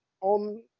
on